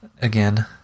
again